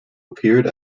appeared